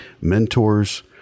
mentors